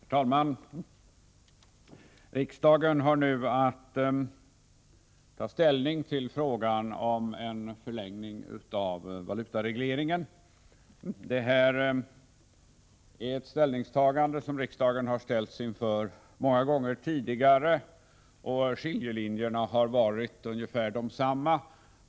Herr talman! Riksdagen har nu att ta ställning till frågan om en förlängning av valutaregleringen, ett ställningstagande som riksdagen har haft att göra många gånger tidigare, och skiljelinjerna har varit ungefär desamma.